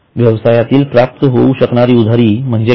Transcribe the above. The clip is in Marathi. व्यवसायातील प्राप्त हुवू शकणारी उधारी म्हणजे काय